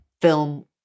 film